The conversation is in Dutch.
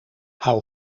hou